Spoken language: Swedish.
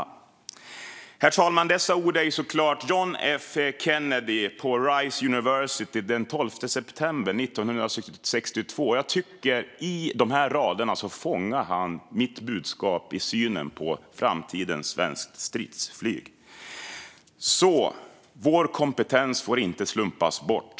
Herr talman! Dessa ord kommer såklart från John F Kennedys tal på Rice University den 12 september 1962. Jag tycker att han i dessa rader fångar mitt budskap i synen på framtidens svenska stridsflyg. Vår kompetens får inte slumpas bort.